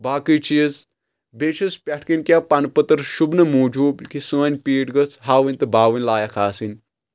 باقٕے چیٖز بیٚیہِ چھُس پؠٹھ کنۍ کینٛہہ پَنہٕ پٔتٕر شُبنہٕ موٗجوٗب کہِ سٲنۍ پیٖٹ گٔژھ ہاوٕنۍ تہٕ باوٕنۍ لایق آسٕنۍ